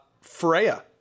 Freya